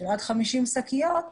עד 50 שקיות,